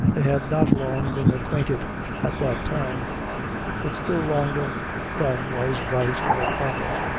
they had not long been acquainted at that time but still longer than was right or proper.